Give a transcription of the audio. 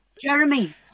Jeremy